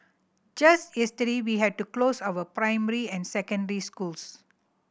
just yesterday we had to close our primary and secondary schools